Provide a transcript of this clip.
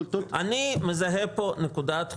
אני מזהה פה נקודת חולשה,